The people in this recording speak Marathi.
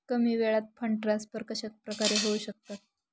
कमी वेळात फंड ट्रान्सफर कशाप्रकारे होऊ शकतात?